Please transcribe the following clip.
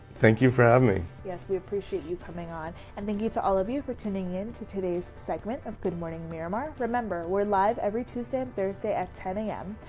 thank you for having me. yes, we appreciate you coming on and thank you to all of you for tuning in to today's segment of good morning miramar. remember we're live every tuesday and thursday at ten zero a m.